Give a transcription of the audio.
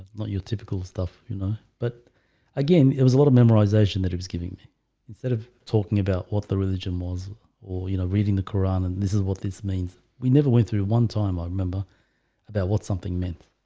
not your typical stuff, you know, but again it was a lot of memorization that he was giving me instead of talking about what the religion was or you know reading the quran and this is what this means we never went through one time i remember about what something meant